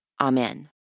Amen